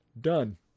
done